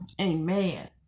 Amen